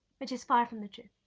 which is far from the truth,